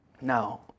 Now